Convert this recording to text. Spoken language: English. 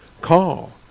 call